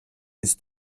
ist